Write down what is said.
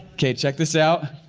okay, check this out.